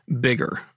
bigger